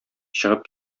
чыгып